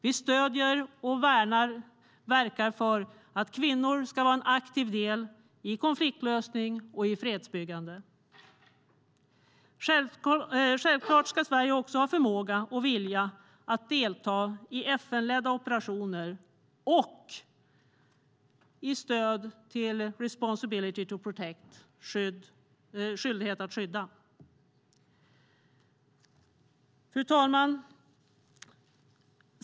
Vi stöder och verkar för att kvinnor ska vara en aktiv del i konfliktlösning och i fredsbyggande. Självklart ska Sverige också ha förmåga och vilja att delta i FN-ledda operationer och i stöd till responsibility to protect, skyldighet att skydda. Fru talman!